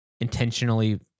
intentionally